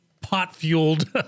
pot-fueled